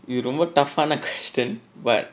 இது ரொம்ப:ithu romba tough ஆன:aana question but